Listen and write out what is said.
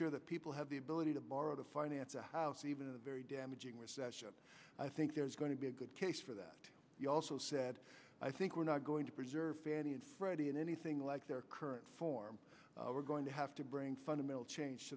sure that people have the ability to borrow to finance a house even in a very damaging recession i think there's going to be a good case for that he also said i think we're not going to preserve fannie and freddie in anything like their current form we're going to have to bring fundamental change